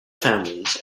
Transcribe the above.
families